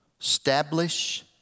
establish